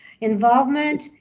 involvement